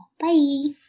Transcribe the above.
bye